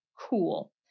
cool